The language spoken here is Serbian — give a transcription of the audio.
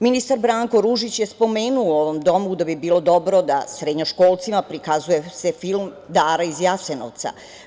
Ministar Branko Ružić je spomenuo u ovom domu da bi bilo dobro da se srednjoškolcima prikazuje film „Dara iz Jasenovca“